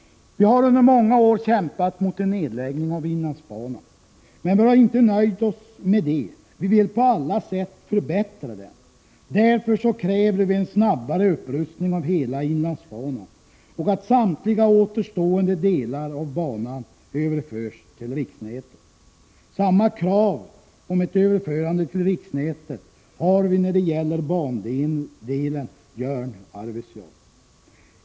Vi har under många år kämpat mot en nedläggning av inlandsbanan, men vi har inte nöjt oss med det. Vi vill också på alla sätt förbättra den, och därför kräver vi en snabbare upprustning av hela inlandsbanan samt att samtliga återstående delar av banan överförs till riksnätet. Samma krav om ett överförande till riksnätet har vi när det gäller bandelen Jörn-Arvidsjaur.